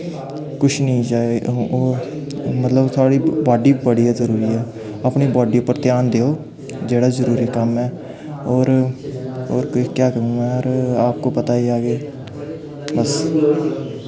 कुछ निं ओह् मतलब थोआढ़ी बाड्डी बड़ी गै जरूरी ऐ अपनी बाड्डी उप्पर ध्यान देओ जेह्ड़ा जरूरी कम्म ऐ होर होर कोई केह् आखदे अपको पता ही है कि बस